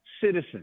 citizens